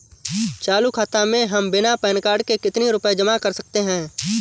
चालू खाता में हम बिना पैन कार्ड के कितनी रूपए जमा कर सकते हैं?